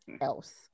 else